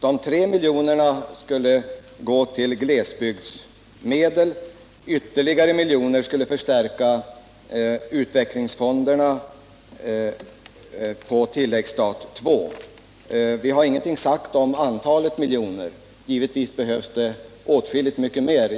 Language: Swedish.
De 3 miljonerna skulle gå till glesbygdsmedel. Ytterligare medel för förstärkning av utvecklingsfonderna skulle anvisas på tilläggsstat II. Vi har ingenting sagt om antalet miljoner till utvecklingsfonderna. Givetvis behövs åtskilligt mer än 3 miljoner.